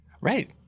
Right